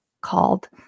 called